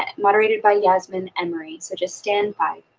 and moderated by yasmin emery, so just stand by.